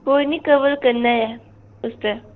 कोई निं कवर कन्नै गै उसदा